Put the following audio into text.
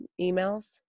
emails